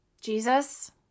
Jesus